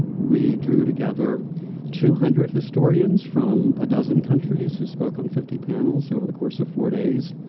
we drew together two hundred historians, from a dozen countries, who spoke on fifty panels over the course of four days.